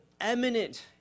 eminent